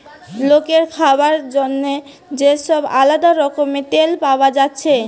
লোকের খাবার জন্যে যে সব আলদা রকমের তেল পায়া যাচ্ছে